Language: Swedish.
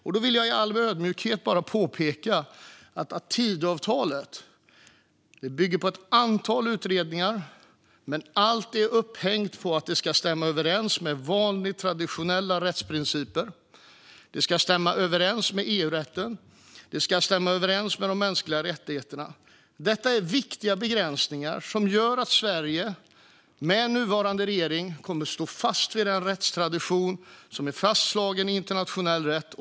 Jag vill i all ödmjukhet påpeka att Tidöavtalet bygger på ett antal utredningar men att allt är upphängt på att det ska stämma överens med vanliga traditionella rättsprinciper. Det ska stämma överens med EU-rätten och de mänskliga rättigheterna. Detta är viktiga begränsningar som gör att Sverige med nuvarande regering kommer att stå fast vid den rättstradition som är fastslagen i internationell rätt.